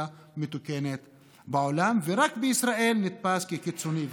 מתוקנת בעולם ורק בישראל נתפס כקיצוני וחתרני.